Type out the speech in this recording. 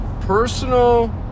personal